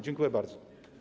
Dziękuję bardzo.